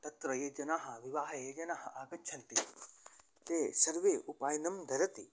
तत्र ये जनाः विवाहे ये जनाः आगच्छन्ति ते सर्वे उपायनं ददति